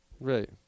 Right